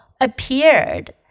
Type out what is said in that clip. appeared